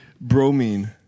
bromine